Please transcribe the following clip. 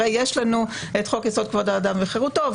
הרי יש לנו את חוק-יסוד: כבוד האדם וחירותו,